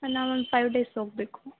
ಹಾಂ ನಾವು ಒಂದು ಫೈವ್ ಡೇಸ್ ಹೋಗ್ಬೇಕು